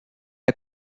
est